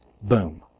Boom